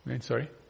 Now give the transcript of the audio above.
sorry